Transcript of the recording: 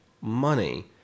money